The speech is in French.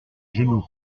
genoux